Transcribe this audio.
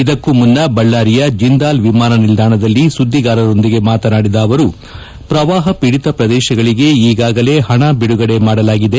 ಇದಕ್ಕೂ ಮುನ್ನ ಬಳ್ಳಾರಿಯ ಜೆಂದಾಲ್ ವಿಮಾನ ನಿಲ್ದಾಣದಲ್ಲಿ ಸುದ್ದಿಗಾರರೊಂದಿಗೆ ಮಾತನಾಡಿದ ಅವರು ಶ್ರವಾಪ ಪೀಡಿತ ಪ್ರದೇಶಗಳಿಗೆ ಈಗಾಗಲೇ ಹಣ ಬಿಡುಗಡೆ ಮಾಡಲಾಗಿದೆ